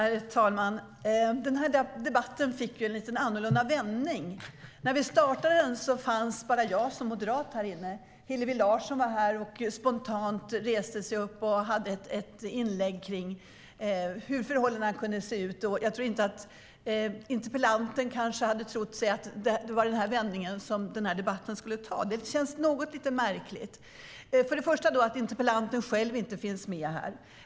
Herr talman! Den här debatten fick en lite annorlunda vändning. När vi startade den fanns bara jag som moderat här inne. Hillevi Larsson var här, och hon reste sig spontant upp och gjorde ett inlägg kring hur förhållandena kunde se ut. Interpellanten kanske inte hade trott att debatten skulle ta denna vändning. Det som först och främst känns lite märkligt är att interpellanten själv inte finns med här.